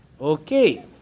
Okay